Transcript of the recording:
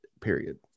period